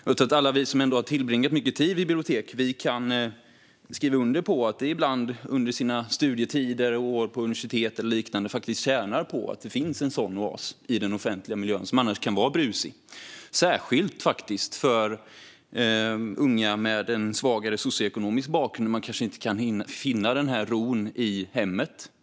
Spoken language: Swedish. Jag tror att alla vi som har tillbringat mycket tid på bibliotek kan skriva under på att man ibland under studietiden, under åren på universitet eller liknande tjänar på att det finns en sådan oas i den offentliga miljön, som annars kan vara brusig. Detta gäller särskilt unga med en svagare socioekonomisk bakgrund, som kanske inte kan finna ro i hemmet.